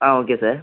ah okay sir